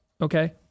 Okay